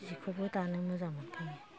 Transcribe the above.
जिखौबो दानो मोजां मोनखायो